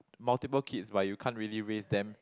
multiple kids but you can't really raise them